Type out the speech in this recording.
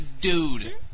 dude